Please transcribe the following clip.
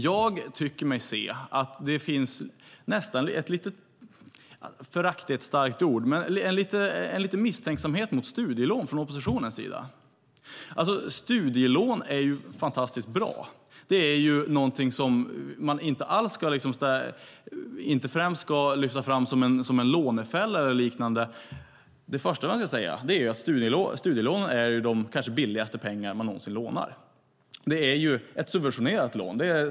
Jag tycker mig se en viss misstänksamhet - "förakt" är ett starkt ord - mot studielån från oppositionens sida. Studielån är ju fantastiskt bra. Det är något som man inte främst ska lyfta fram som en lånefälla eller liknande. Det första man ska säga är att studielånen kanske är de billigaste pengar man någonsin lånar. Det är ett subventionerat lån.